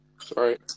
Sorry